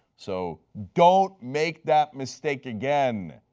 so don't make that mistake again,